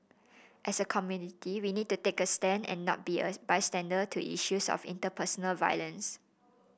as a community we need to take a stand and not be a bystander to issues of interpersonal violence